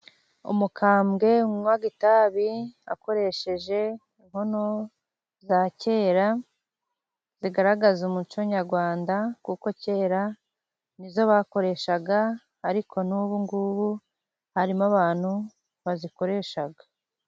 Umukambwe unywa itabi akoresheje inkono za kera, zigaragaza umuco nyarwanda kuko kera nizo bakoreshaga, ariko n'ubungubu harimo abantu bazikoresha.